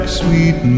sweet